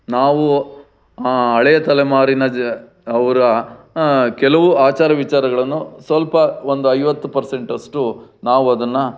ನಾವು ಹಳೆಯ ತಲೆಮಾರಿನ ಜ ಅವರ ಕೆಲವು ಆಚಾರ ವಿಚಾರಗಳನ್ನು ಸ್ವಲ್ಪ ಒಂದು ಐವತ್ತು ಪರ್ಸೆಂಟ್ ಅಷ್ಟು ನಾವು ಅದನ್ನು